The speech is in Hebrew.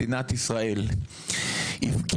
מדינת ישראל הפקירה,